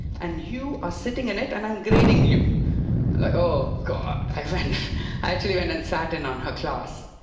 and you are sitting in it, and i'm grading you. i'm like, oh, god. i went. i actually went and sat in on her class.